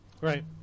Right